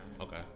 Okay